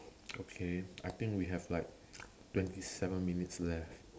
okay I think we have like twenty seven minutes left